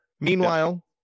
Meanwhile